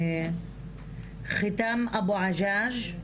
חתאם אבו עגאג,